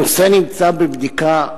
הנושא נמצא בבדיקה.